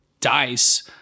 dice